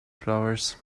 flowers